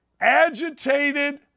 agitated